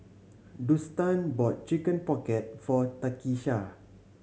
Dustan bought Chicken Pocket for Takisha